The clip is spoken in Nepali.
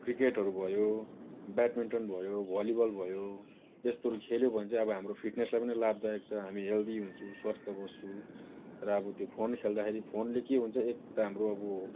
क्रिकेटहरू भयो ब्याडमिन्टन भयो भलिबल भयो यस्तोहरू खेल्यो भने चाहिँ अब हाम्रो फिटनेसलाई पनि लाभदायक छ हामी हेल्दी हुन्छौँ स्वास्थ्य बस्छौँ र अब त्यो फोन खेल्दाखेरि फोनले के हुन्छ एक त हाम्रो अब